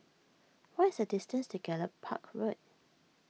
what is the distance to Gallop Park Road